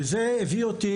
זה הביא אותי,